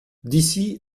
d’ici